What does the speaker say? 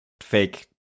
fake